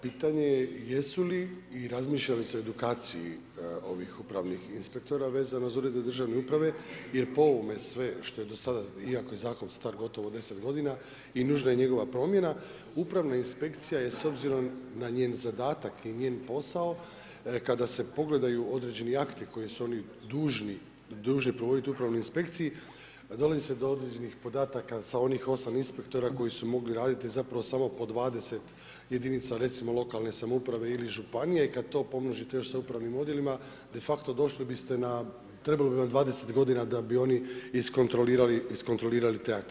Pitanje, jesu li i razmišlja li se o edukciji ovih upravnih inspektora vezano iz ureda državne uprave jer po ovome sve što je do sada iako je zakon star gotovo deset godina i nužna je njegova promjena, Upravna inspekcija je s obzirom na njen zadatak i njen posao kada se pogledaju određeni akti koji su oni dužni provoditi u Upravnoj inspekciji dolazi do određenih podataka sa onih osam inspektora koji su mogli raditi samo po 20 jedinica recimo lokalne samouprave ili županije i kada to pomnožite još sa upravnim odjelima, de facto došli biste na trebalo bi vam 20 godina da bi oni iskontrolirali te akte.